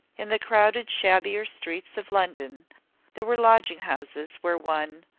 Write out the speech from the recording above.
in the crowded shabbier streets of london there were lodging-houses where one,